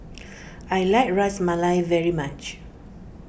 I like Ras Malai very much